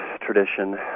tradition